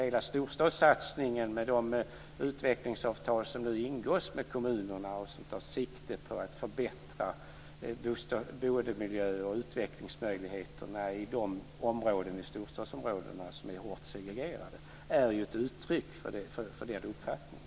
Hela storstadssatsningen med de utvecklingsavtal som nu ingås med kommunerna och som tar sikte på att förbättra boendemiljö och utvecklingsmöjligheter i de bostadsområden som är hårt segregerade är ju ett uttryck för den uppfattningen.